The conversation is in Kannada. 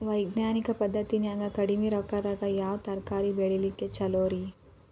ವೈಜ್ಞಾನಿಕ ಪದ್ಧತಿನ್ಯಾಗ ಕಡಿಮಿ ರೊಕ್ಕದಾಗಾ ಯಾವ ತರಕಾರಿ ಬೆಳಿಲಿಕ್ಕ ಛಲೋರಿ?